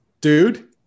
dude